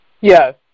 Yes